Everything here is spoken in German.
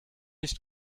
nicht